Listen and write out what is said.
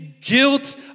Guilt